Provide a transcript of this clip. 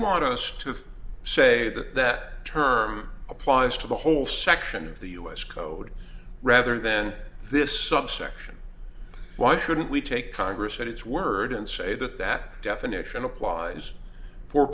want us to say that that term applies to the whole section of the us code rather than this subsection why shouldn't we take congress at its word and say that that definition applies